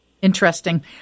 Interesting